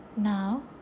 Now